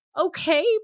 okay